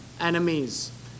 enemies